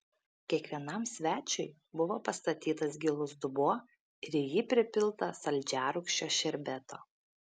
kiekvienam svečiui buvo pastatytas gilus dubuo ir į jį pripilta saldžiarūgščio šerbeto